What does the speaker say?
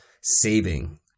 saving